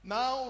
Now